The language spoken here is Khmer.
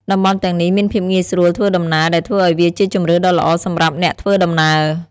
តំបន់ទាំងនេះមានភាពងាយស្រួលធ្វើដំណើរដែលធ្វើឱ្យវាជាជម្រើសដ៏ល្អសម្រាប់អ្នកធ្វើដំណើរ។